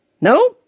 No